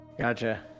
Gotcha